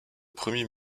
premiers